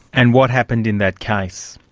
and what happened in that case?